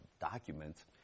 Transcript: documents